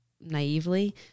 naively